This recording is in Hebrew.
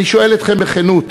אני שואל אתכם בכנות: